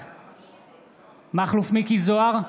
בעד מכלוף מיקי זוהר,